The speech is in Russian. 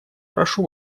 прошу